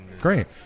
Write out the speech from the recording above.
great